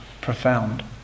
profound